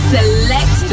Select